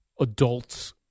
adults